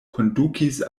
kondukis